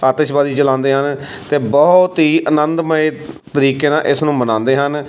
ਆਤਿਸ਼ਬਾਜ਼ੀ ਚਲਾਉਂਦੇ ਹਨ ਅਤੇ ਬਹੁਤ ਹੀ ਆਨੰਦਮਈ ਤਰੀਕੇ ਨਾਲ ਇਸ ਨੂੰ ਮਨਾਉਂਦੇ ਹਨ